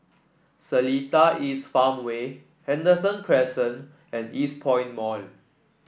Seletar East Farmway Henderson Crescent and Eastpoint Mall